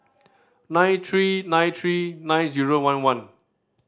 nine three nine three nine zero one one